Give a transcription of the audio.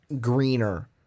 greener